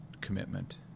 commitment